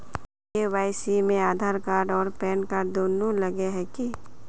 KYC में Aadhaar card आर PAN card दुनू लगे है की?